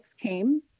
came